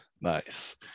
nice